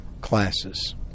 classes